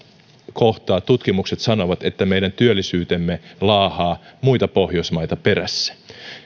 kohtaa tutkimukset sanovat että meidän työllisyytemme laahaa muita pohjoismaita perässä